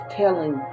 telling